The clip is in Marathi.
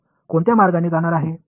तर कोणत्या मार्गाने जाणार आहे